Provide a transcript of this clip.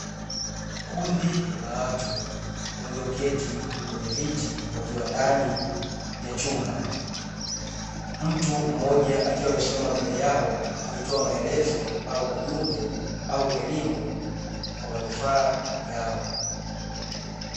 Kundi la watu walioketi kwenye viti wakiwa ndani ya chumba, mtu mmoja akiwa amesimama mbele yao akitoa maelezo, au ujumbe, au elimu, kwa manufaa yao.